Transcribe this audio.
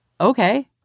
Okay